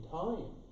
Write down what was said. time